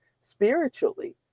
spiritually